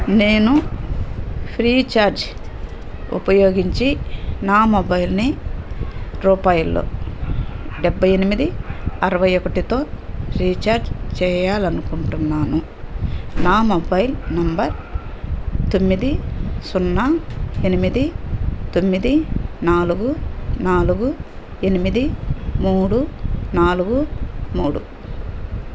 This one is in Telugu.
నేను ఫ్రీఛార్జ్ ఉపయోగించి నా మొబైల్ని రూపాయిలు డెబ్బై ఎనిమిది అరవై ఒక్కటితో రీఛార్జ్ చేయాలి అనుకుంటున్నాను నా మొబైల్ నంబర్ తొమ్మిది సున్నా ఎనిమిది తొమ్మిది నాలుగు నాలుగు ఎనిమిది మూడు నాలుగు మూడు